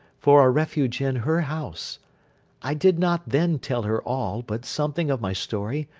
for a refuge in her house i did not then tell her all, but something of my story,